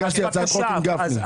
הגשתי הצעת חוק עם גפני.